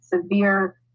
severe